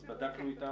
אז בדקנו איתם.